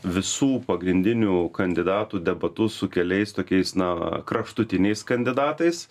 visų pagrindinių kandidatų debatus su keliais tokiais na kraštutiniais kandidatais